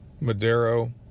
Madero